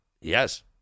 Yes